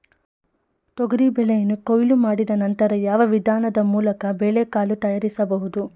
ತೊಗರಿ ಬೇಳೆಯನ್ನು ಕೊಯ್ಲು ಮಾಡಿದ ನಂತರ ಯಾವ ವಿಧಾನದ ಮೂಲಕ ಬೇಳೆಕಾಳು ತಯಾರಿಸಬಹುದು?